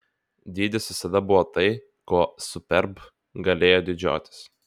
dydis visada buvo tai kuo superb galėjo didžiuotis